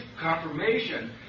confirmation